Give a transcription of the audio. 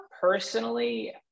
personally